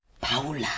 Paula